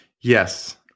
Yes